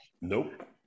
Nope